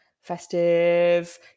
festive